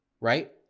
right